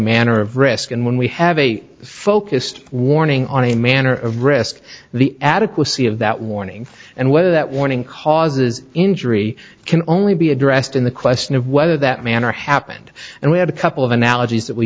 manner of risk and when we have a focused warning on a manner of risk the adequacy of that warning and whether that warning causes injury can only be addressed in the question of whether that manner happened and we have a couple of analogies that we